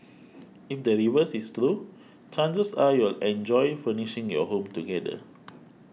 if the reverse is true chances are you'll enjoy furnishing your home together